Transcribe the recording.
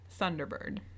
thunderbird